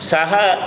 Saha